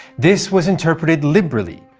this was interpreted liberally,